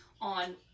on